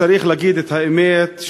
וצריך להגיד את האמת,